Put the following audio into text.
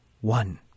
one